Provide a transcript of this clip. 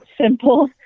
simple